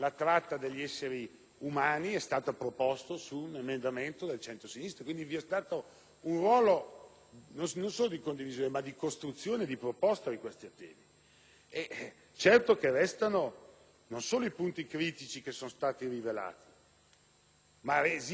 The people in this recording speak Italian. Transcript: non solo di condivisione, ma di costruzione e di proposta di questi articoli. Restano non solo i punti critici che sono stati rilevati, ma resiste poi un punto di vista politico e culturale sul quale una differenza